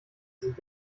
sind